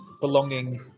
belonging